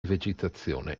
vegetazione